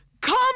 come